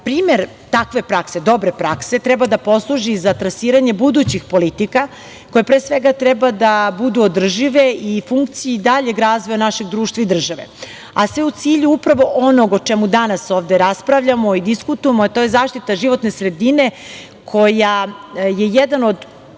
nama. Primer takve prakse, dobre prakse treba da posluži za trasiranje budućih politika koje, pre svega, treba da budu održive u funkciji daljeg razvoja našeg društva i države, a sve u cilju upravo onog o čemu danas ovde raspravljamo i diskutujemo, a to je zaštita životne sredine koja je jedan od